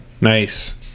Nice